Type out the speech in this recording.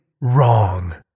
wrong